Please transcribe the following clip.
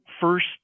first